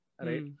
right